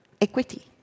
equity